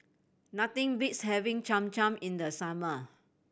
nothing beats having Cham Cham in the summer